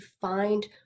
find